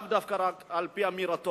לאו דווקא רק על-פי אמירתו.